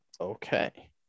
okay